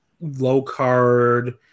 low-card